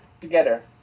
together